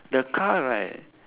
the car right